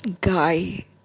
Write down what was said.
guy